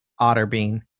Otterbein